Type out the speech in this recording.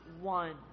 one